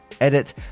Edit